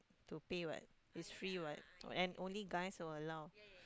to pay what is free what and only guys were allowed